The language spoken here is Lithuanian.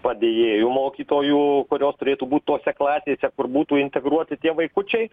padėjėjų mokytojų kurios turėtų būt tose klasėse kur būtų integruoti tie vaikučiai